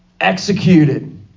executed